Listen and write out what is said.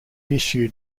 issued